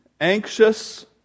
Anxious